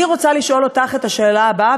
אני רוצה לשאול אותך את השאלה הבאה,